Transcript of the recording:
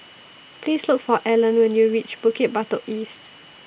Please Look For Allan when YOU REACH Bukit Batok East